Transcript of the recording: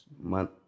month